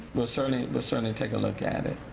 will certainly will certainly take a look at it.